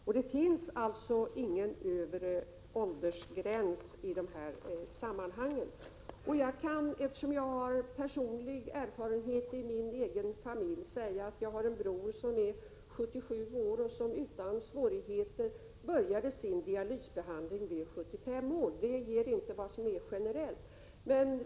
Och det finns ingen övre åldersgräns i de här sammanhangen. Jag har personligen erfarenheter av detta. Jag har en bror som är 77 år och som utan svårigheter började sin dialysbehandling vid 75 års ålder, även om det inte är något som gäller generellt.